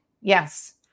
Yes